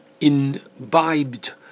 imbibed